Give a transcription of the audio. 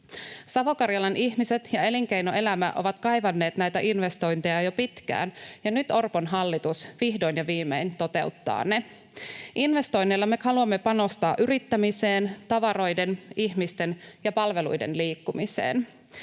Savo-Karjalan ihmiset ja elinkeinoelämä ovat kaivanneet näitä investointeja jo pitkään, ja nyt Orpon hallitus vihdoin ja viimein toteuttaa ne. Investoinneilla me haluamme panostaa yrittämiseen sekä tavaroiden, ihmisten ja palveluiden liikkumiseen.